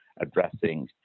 addressing